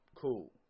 cool